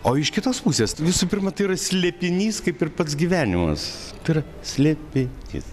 o iš kitos pusės tai visų pirma tai yra slėpinys kaip ir pats gyvenimas tai yra slėpinys